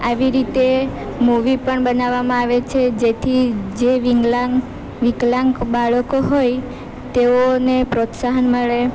આવી રીતે મૂવી પણ બનાવવામાં આવે છે જેથી જે વિંકલાંગ વિકલાંગ બાળકો હોય તેઓને પ્રોત્સાહન મળે